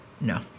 No